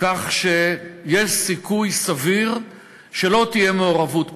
כך שיש סיכוי סביר שלא תהיה מעורבות פוליטית.